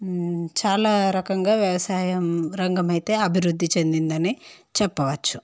చాలా రకంగా వ్యవసాయ రంగం అయితే అభివృద్ధి చెందిందని చెప్పవచ్చు